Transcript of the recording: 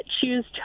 choose